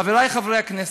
חברי חברי הכנסת,